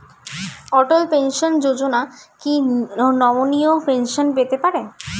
অটল pension Yojana কি নমনীয় pension পেতে পারে?